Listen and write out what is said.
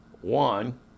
one